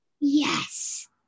Yes